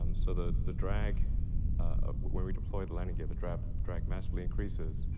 um so, the the drag ah where we deploy the landing gear, the drag drag massively increases,